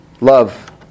love